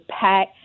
pack